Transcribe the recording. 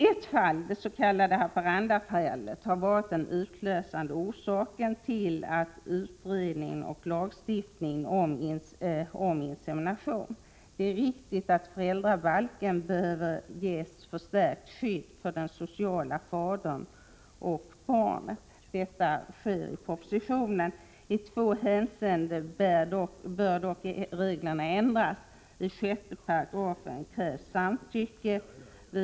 Ett fall, det s.k. Haparandafallet, har varit den utlösande orsaken till utredningen och lagstiftningen om insemination. Det är riktigt att föräldra balken behöver ge förstärkt skydd för den sociala fadern och barnet. Detta sker genom propositionen. I två hänseenden bör dock reglerna ändras. Enligt 6§ krävs samtycke vid insemination.